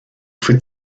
for